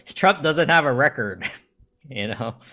truck doesn't have a record and